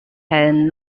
had